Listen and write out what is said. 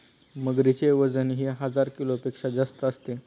मगरीचे वजनही हजार किलोपेक्षा जास्त असते